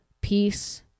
peace